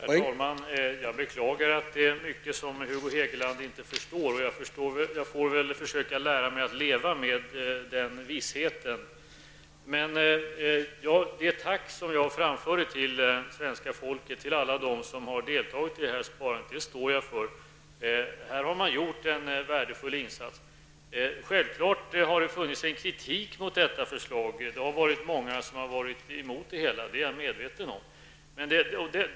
Herr talman! Jag beklagar att det är mycket som Hugo Hegeland inte förstår. Jag får väl försöka lära mig att leva med den vissheten. Det tack som jag framförde till svenska folket, till alla dem som har deltagit i det här sparandet, står jag för. De har gjort en värdefull insats. Självklart har det framförts kritik mot detta förslag. Många har varit emot det, vilket jag är medveten om.